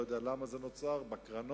אני לא יודע למה זה נוצר, בקרנות,